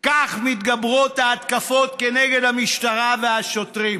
כך מתגברות ההתקפות כנגד המשטרה והשוטרים